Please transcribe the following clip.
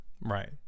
Right